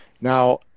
Now